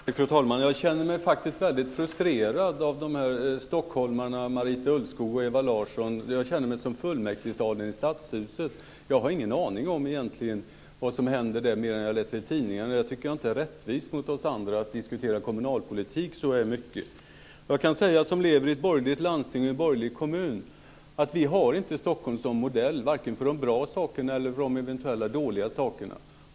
Fru talman! Jag känner mig faktiskt väldigt frustrerad av stockholmarna Marita Ulvskog och Ewa Larsson. Jag känner mig som i fullmäktigesalen i Stadshuset. Jag har egentligen ingen aning om vad som händer där, mer än det jag läser i tidningen. Jag tycker inte att det är rättvist mot oss andra att diskutera kommunalpolitik så här mycket. Jag kan säga, som lever i ett borgerligt landsting och en borgerlig kommun, att vi har inte Stockholm som modell, varken för de bra sakerna eller för de eventuella dåliga sakerna.